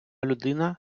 людина